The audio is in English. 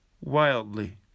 wildly